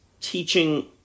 teaching